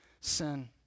sin